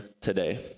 today